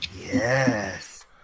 Yes